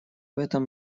этом